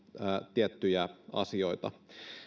tiettyjä asioita